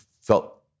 felt